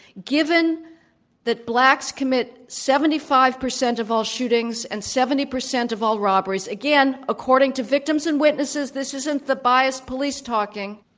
given that blacks commit seventy five percent of all shootings and seventy percent of all robberies again, according to victims and witnesses, this isn't the biased police talking,